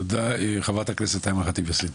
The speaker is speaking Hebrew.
תודה, חברת הכנסת אימאן ח'טיב יאסין.